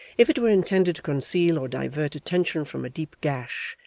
if it were intended to conceal or divert attention from a deep gash,